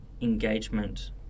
engagement